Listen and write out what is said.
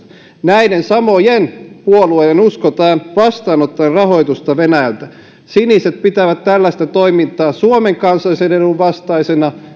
näiden samojen puolueiden uskotaan vastaanottavan rahoitusta venäjältä siniset pitävät tällaista toimintaa suomen kansallisen edun vastaisena